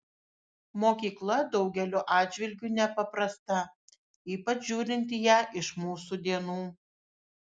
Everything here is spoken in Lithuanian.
mokykla daugeliu atžvilgiu nepaprasta ypač žiūrint į ją iš mūsų dienų